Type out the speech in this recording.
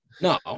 No